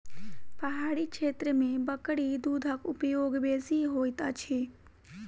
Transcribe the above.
पहाड़ी क्षेत्र में बकरी दूधक उपयोग बेसी होइत अछि